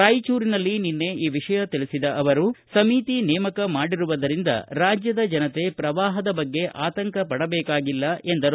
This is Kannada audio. ರಾಯಚೂರಿನಲ್ಲಿ ನಿನ್ನೆ ಈ ವಿಷಯ ತಿಳಿಸಿದ ಅವರು ಸಮಿತಿ ನೇಮಕ ಮಾಡಿರುವುದರಿಂದ ರಾಜ್ಯದ ಜನತೆ ಪ್ರವಾಹದ ಬಗ್ಗೆ ಆತಂಕ ಪಡಬೇಕಾಗಿಲ್ಲ ಎಂದರು